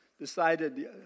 decided